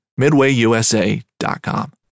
MidwayUSA.com